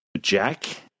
Jack